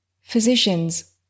Physicians